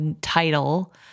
title